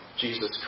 Jesus